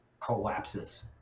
collapses